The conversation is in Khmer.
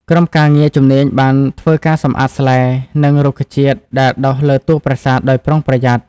ក្រុមការងារជំនាញបានធ្វើការសម្អាតស្លែ និងរុក្ខជាតិដែលដុះលើតួប្រាសាទដោយប្រុងប្រយ័ត្ន។